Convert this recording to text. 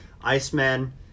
Iceman